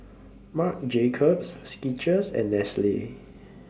Marc Jacobs Skechers and Nestle